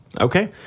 Okay